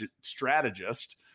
strategist